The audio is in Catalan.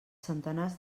centenars